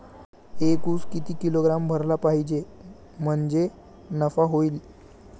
एक उस किती किलोग्रॅम भरला पाहिजे म्हणजे नफा होईन?